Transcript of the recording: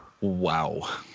Wow